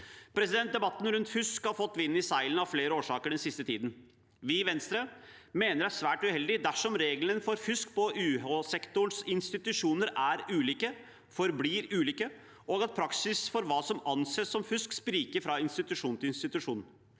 medstudenter. Debatten rundt fusk har fått vind i seilene av flere årsaker den siste tiden. Vi i Venstre mener det er svært uheldig dersom reglene for fusk på UH-sektorens institusjoner er ulike, forblir ulike, og at praksis for hva som anses som fusk, spriker fra institusjon til institusjon.